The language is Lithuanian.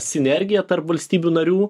sinergija tarp valstybių narių